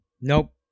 Nope